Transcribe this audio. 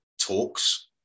talks